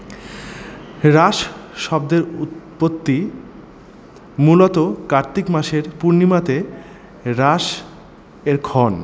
রাস শব্দের উৎপত্তি মূলত কার্তিক মাসের পূর্ণিমাতে রাস এর ক্ষণ